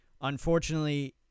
Unfortunately